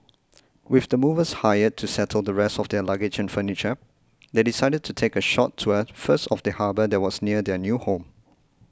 with the movers hired to settle the rest of their luggage and furniture they decided to take a short tour first of the harbour that was near their new home